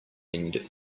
end